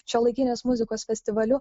šiuolaikinės muzikos festivaliu